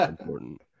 important